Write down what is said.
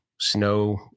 snow